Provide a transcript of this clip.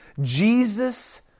Jesus